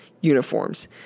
uniforms